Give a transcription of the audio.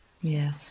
Yes